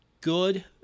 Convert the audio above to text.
good